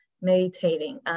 meditating